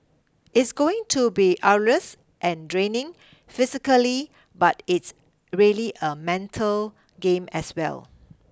it's going to be arduous and draining physically but it's really a mental game as well